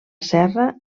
serra